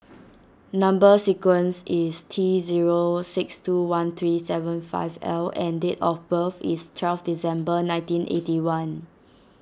Number Sequence is T zero six two one three seven five L and date of birth is twelve December nineteen eighty one